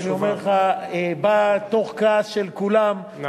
שאני אומר לך, באה תוך כעס של כולם, נכון.